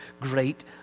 great